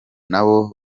nabo